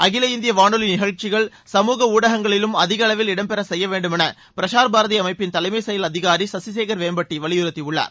அகில இந்திய வானொலி நிகழ்ச்சிகள் சமூக ஊடகங்களிலும் அதிக அளவில் இடம்பெற செய்ய வேண்டும் என பிரசார் பாரதி அமைப்பின் தலைமை செயல் அதிகாரி சசிசேகள் வெம்பட்டி வலியுறுத்தியுள்ளார்